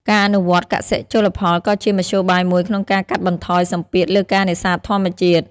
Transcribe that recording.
ការអនុវត្តន៍កសិ-ជលផលក៏ជាមធ្យោបាយមួយក្នុងការកាត់បន្ថយសម្ពាធលើការនេសាទធម្មជាតិ។